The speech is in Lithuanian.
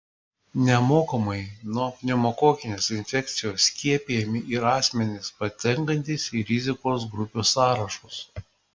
nemokamai nuo pneumokokinės infekcijos skiepijami ir asmenys patenkantys į rizikos grupių sąrašus